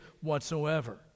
whatsoever